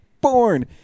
born